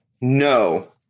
No